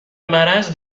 مرض